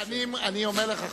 אני אומר לך,